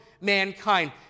mankind